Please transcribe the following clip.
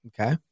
Okay